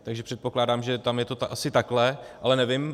Takže předpokládám, že tam je to asi takhle, ale nevím.